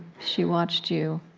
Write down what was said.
she watched you.